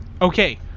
Okay